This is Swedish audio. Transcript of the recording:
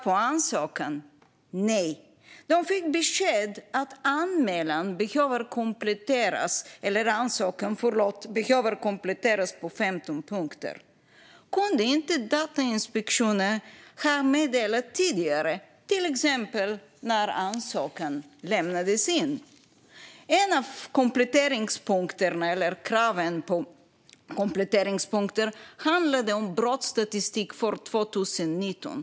Det var ett nej. De fick besked att ansökan behöver kompletteras på 15 punkter. Kunde inte Datainspektionen ha meddelat det tidigare, till exempel när ansökan lämnades in? En av punkterna med krav på komplettering handlade om brottsstatistiken för 2019.